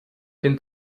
den